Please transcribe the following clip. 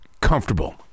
comfortable